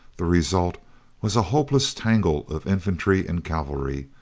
the result was a hopeless tangle of infantry and cavalry,